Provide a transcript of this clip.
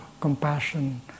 compassion